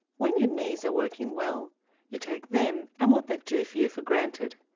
when your knees are working well you take them and what they do for you for granted.